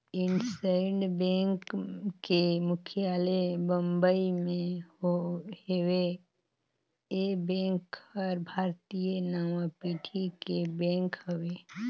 IndusInd bank के मुख्यालय बंबई मे हेवे, ये बेंक हर भारतीय नांवा पीढ़ी के बेंक हवे